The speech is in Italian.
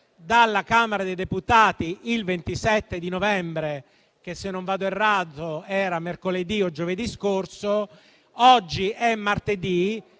dalla Camera dei deputati il 27 novembre, che - se non vado errato - era mercoledì o giovedì scorso; oggi è martedì,